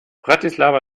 bratislava